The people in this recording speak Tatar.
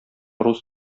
рус